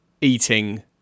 eating